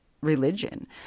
religion